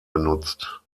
genutzt